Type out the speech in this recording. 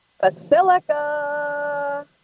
Basilica